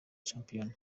shampiyona